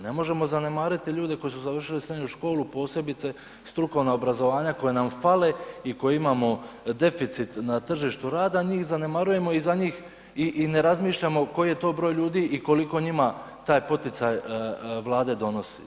Ne možemo zanemariti ljude koji su završili srednju školu posebice strukovna obrazovanja koja na fale i koje imamo deficit na tržištu rada, njih zanemarujemo i ne razmišljamo koji je to broj ljudi i koliko njima taj poticaj Vlade donosi.